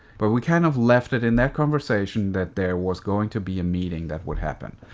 but we kind of left it in that conversation that there was going to be a meeting that would happen,